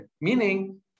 Meaning